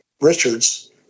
Richards